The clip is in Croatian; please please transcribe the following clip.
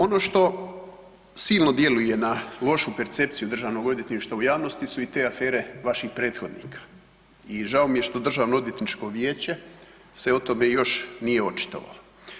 Ono što silno djeluje na lošu percepciju Državnog odvjetništva u javnosti su i te afere vaših prethodnika i žao mi je što Državno odvjetničko vijeće se o tome još nije očitovalo.